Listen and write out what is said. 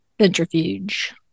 Centrifuge